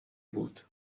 بود